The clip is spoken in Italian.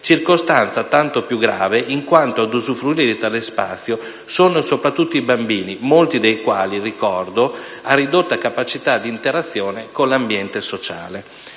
circostanza tanto più grave in quanto ad usufruire di tale spazio sono soprattutto i bambini, molti dei quali - ricordo - a ridotta capacità di interazione con l'ambiente sociale.